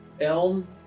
Elm